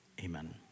Amen